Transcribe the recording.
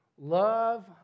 Love